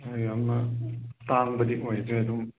ꯑꯩꯈꯣꯏꯒꯤ ꯑꯃ ꯇꯥꯡꯕꯗꯤ ꯑꯣꯏꯗ꯭ꯔꯦ ꯑꯗꯨꯝ